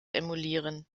emulieren